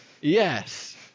Yes